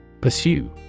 Pursue